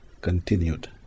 continued